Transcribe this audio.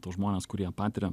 tuos žmones kurie patiria